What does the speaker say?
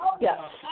Yes